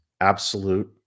absolute